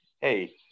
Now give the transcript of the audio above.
hey